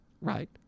Right